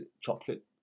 chocolate